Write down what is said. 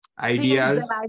Ideas